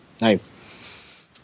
Nice